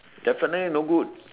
definitely no good